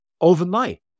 overnight